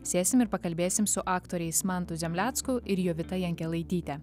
sėsim ir pakalbėsim su aktoriais mantu zemlecku ir jovita jankelaityte